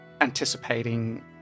anticipating